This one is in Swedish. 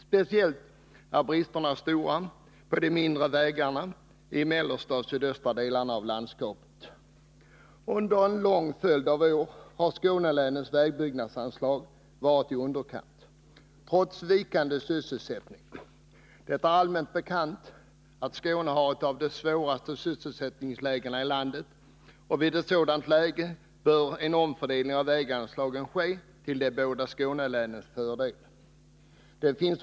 Bristerna är speciellt stora på de mindre vägarna i de mellersta och sydöstra delarna av landskapet. Under en lång följd av år har Skånelänens vägbyggnadsanslag varit i underkant, trots vikande sysselsättning. Det är allmänt bekant att Skåne har ett av de svåraste sysselsättningslägena i landet. Mot den bakgrunden bör en omfördelning av väganslagen ske till de båda Skånelänens fördel.